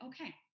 Okay